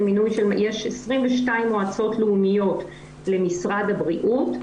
יש 22 מועצות לאומיות למשרד הבריאות.